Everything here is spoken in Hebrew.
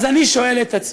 אז אני שואל את עצמי: